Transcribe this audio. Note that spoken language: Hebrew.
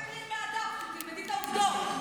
אל תקריאי מהדף, תלמדי את העובדות.